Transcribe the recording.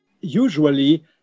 usually